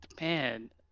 man